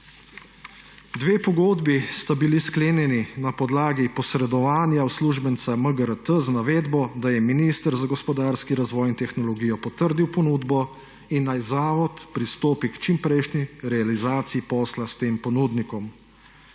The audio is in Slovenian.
Dve pogodbi sta bili sklenjeni na podlagi posredovanja uslužbenca MGRT z navedbo, da je minister za gospodarski razvoj in tehnologijo potrdil ponudbo in naj zavod pristopi k čim prejšnji realizaciji posla s tem ponudnikom.